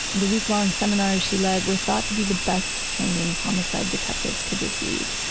the week-long seminars she led were thought to be the best training homicide detectives could receive.